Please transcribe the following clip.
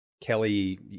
Kelly –